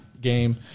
game